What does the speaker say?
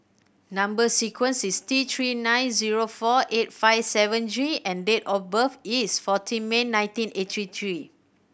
number sequence is T Three nine zero four eight five seven G and date of birth is fourteen May nineteen eighty three